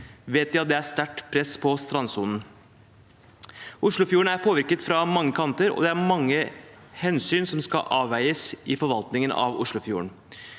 vet vi at det er sterkt press på strandsonen. Oslofjorden er påvirket fra mange kanter, og det er mange hensyn som skal avveies i forvaltningen av Oslofjorden.